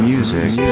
Music